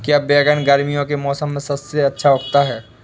क्या बैगन गर्मियों के मौसम में सबसे अच्छा उगता है?